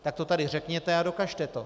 Tak to tady řekněte a dokažte to.